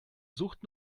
sucht